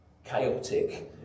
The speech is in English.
chaotic